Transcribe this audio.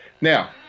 Now